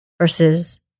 versus